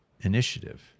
initiative